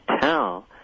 tell